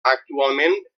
actualment